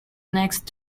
next